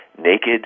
naked